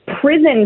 prison